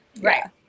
right